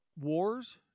Wars